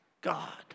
God